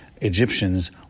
Egyptians